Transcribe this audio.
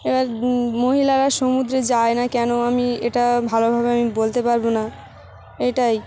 এবার মহিলারা সমুদ্রে যায় না কেন আমি এটা ভালোভাবে আমি বলতে পারব না এটাই